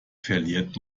verliert